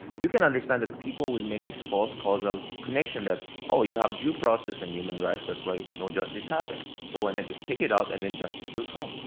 you can understand that people will make these false causal connections that, oh, you have due process and human rights. that's why no justice happened. so why not just take it out and then justice will come.